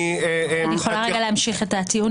הייתי שואל גם אותו,